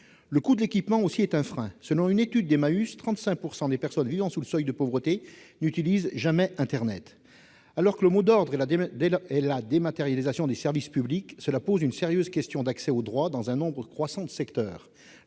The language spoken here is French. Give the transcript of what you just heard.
Le coût de l'équipement est aussi un frein : selon une étude d'Emmaüs, 35 % des personnes vivant sous le seuil de pauvreté n'utilisent jamais internet. Alors que le mot d'ordre est la dématérialisation des services publics, cela pose une sérieuse question d'accès aux droits dans un nombre croissant de secteurs-